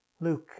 Luke